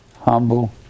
humble